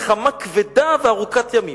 "יצאה מזה מלחמה כבדה וארוכת ימים".